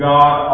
God